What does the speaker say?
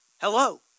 Hello